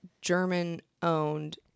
German-owned